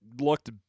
looked